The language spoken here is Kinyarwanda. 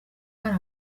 hari